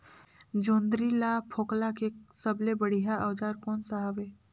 जोंदरी ला फोकला के सबले बढ़िया औजार कोन सा हवे?